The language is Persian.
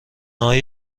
های